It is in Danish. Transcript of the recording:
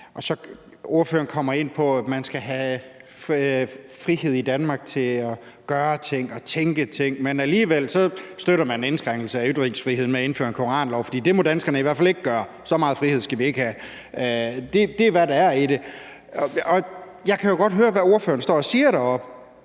kommer ind på, at man skal have frihed i Danmark til at gøre nogle ting og tænke nogle ting, men alligevel støtter man en indskrænkning af ytringsfriheden ved at indføre en koranlov. For det må danskerne i hvert fald ikke gøre, og så meget frihed skal vi ikke have. Det er det, der er i det, og jeg kan jo godt høre, hvad ordføreren står og siger deroppe